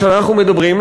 כשאנחנו מדברים,